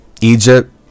Egypt